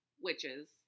witches